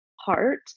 heart